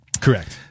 Correct